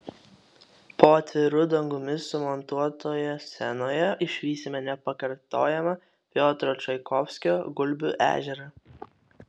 po atviru dangumi sumontuotoje scenoje išvysime nepakartojamą piotro čaikovskio gulbių ežerą